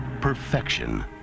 Perfection